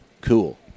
Cool